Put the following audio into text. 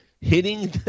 hitting